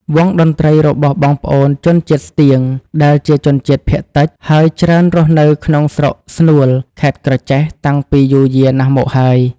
វង់តន្ដ្រីរបស់បងប្អូនជនជាតិស្ទៀង ដែលជាជនជាតិភាគតិច ហើយច្រើនរស់នៅក្នុងស្រុកស្នួល ខេត្ដក្រចេះតាំងពីយូរយាណាស់មកហើយ។